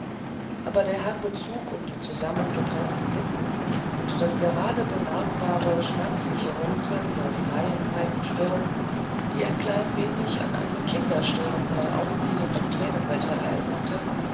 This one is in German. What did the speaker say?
aber der herbe zug um die zusammengepreßten lippen und das gerade bemerkbare schmerzliche runzeln der freien breiten stirn die ein klein wenig an eine kinderstirn bei aufziehendem tränenwetter erinnerte